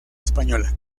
española